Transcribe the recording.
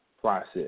process